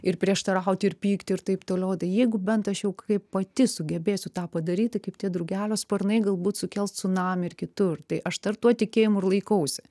ir prieštarauti ir pykti ir taip toliau o tai jeigu bent aš jau kai pati sugebėsiu tą padaryti kaip tie drugelio sparnai galbūt sukels cunamį ir kitur tai aš dar tuo tikėjimu ir laikausi